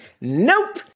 nope